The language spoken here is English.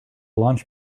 launch